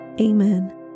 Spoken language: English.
Amen